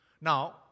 Now